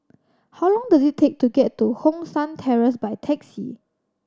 how long does it take to get to Hong San Terrace by taxi